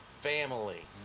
family